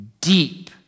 deep